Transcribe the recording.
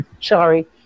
sorry